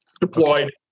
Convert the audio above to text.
deployed